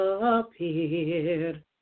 appeared